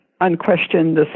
unquestioned